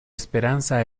esperanza